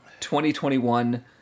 2021